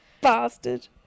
Bastard